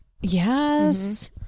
Yes